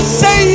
say